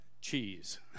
cheese